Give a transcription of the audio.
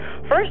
first